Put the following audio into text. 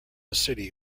city